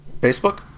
Facebook